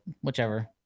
whichever